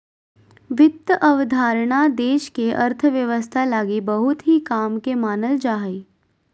वित्त अवधारणा देश के अर्थव्यवस्था लगी बहुत ही काम के मानल जा हय